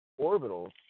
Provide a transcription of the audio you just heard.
orbitals